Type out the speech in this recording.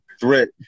threat